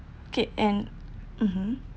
K and mmhmm